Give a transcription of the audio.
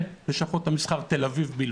ולשכות המסחר תל אביב בלבד.